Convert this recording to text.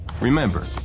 Remember